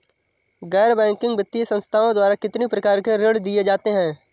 गैर बैंकिंग वित्तीय संस्थाओं द्वारा कितनी प्रकार के ऋण दिए जाते हैं?